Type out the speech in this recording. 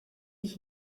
ich